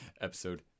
Episode